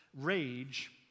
rage